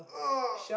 ugh